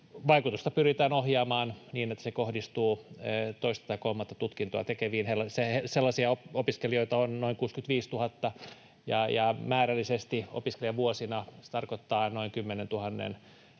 Vaikutusta pyritään ohjaamaan niin, että se kohdistuu toista tai kolmatta tutkintoa tekeviin. Sellaisia opiskelijoita on noin 65 000, ja määrällisesti, opiskelijavuosina, se tarkoittaa noin 10 000:n